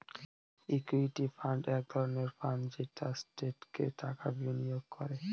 equity fund এক ধরনের fund যেটা স্টকে টাকা বিনিয়োগ করে